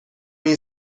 این